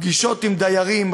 פגישות עם דיירים,